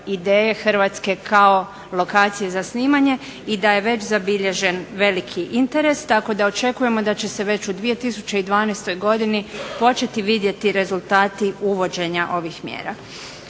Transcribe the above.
Hrvatske kao lokacije za snimanje i da je već zabilježen veliki interes tako da očekujemo da će se već u 2012. godini početi vidjeti rezultati uvođenja ovih mjera.